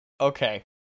okay